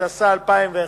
התשס"א 2000,